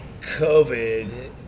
COVID